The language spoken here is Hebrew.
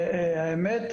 האמת,